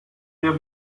der